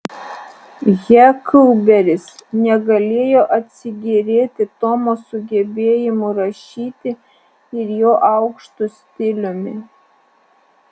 heklberis negalėjo atsigėrėti tomo sugebėjimu rašyti ir jo aukštu stiliumi